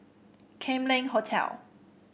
Kam Leng Hotel